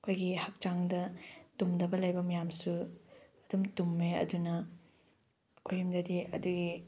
ꯑꯩꯈꯣꯏꯒꯤ ꯍꯛꯆꯥꯡꯗ ꯇꯨꯝꯗꯕ ꯂꯩꯕ ꯃꯌꯥꯝꯁꯨ ꯑꯗꯨꯝ ꯇꯨꯝꯃꯦ ꯑꯗꯨꯅ ꯑꯩꯈꯣꯏ ꯌꯨꯝꯗꯗꯤ ꯑꯗꯨꯒꯤ